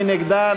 מי נגדה?